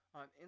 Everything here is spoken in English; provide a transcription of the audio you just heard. on